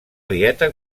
dieta